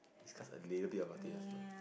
discuss a little bit about it just now